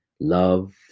Love